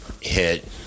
hit